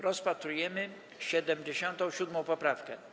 Rozpatrujemy 77. poprawkę.